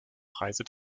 preise